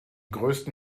größten